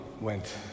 went